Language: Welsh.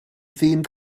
ddyn